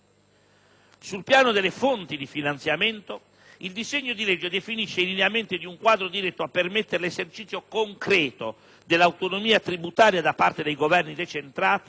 Sul piano delle fonti di finanziamento, il disegno di legge definisce i lineamenti di un quadro diretto a permettere l'esercizio concreto dell'autonomia tributaria da parte dei governi decentrati,